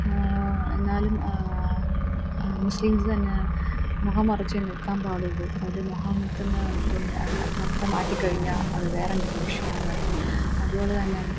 എന്നാലും മുസ്ലിംസ് തന്നെ മുഖം മറച്ചേ നിൽക്കാൻ പാടുള്ളൂ അത് മുഖത്ത് നിന്ന് ഇത് മൊത്തം മാറ്റിക്കഴിഞ്ഞാൽ അത് വേറെ എന്തെങ്കിലും ഇഷ്യൂ ആയി മാറും അതുപോലെ തന്നെ